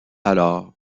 alors